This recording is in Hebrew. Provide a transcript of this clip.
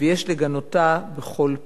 ויש לגנותה בכל פה.